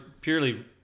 purely